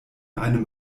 einem